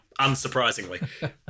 Unsurprisingly